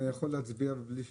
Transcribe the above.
אני יכול להצביע בלי שזה,